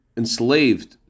enslaved